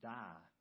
die